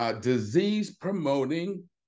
disease-promoting